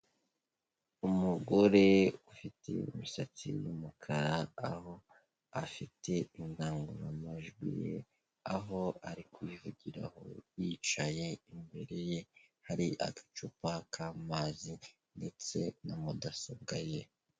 Umugore ufite imusatsi y'umukara aho afite indangururamajwi ye aho ari kuyivugiraho yicaye, imbere ye hari agacupa k'amazi ndetse na mudasobwa ye.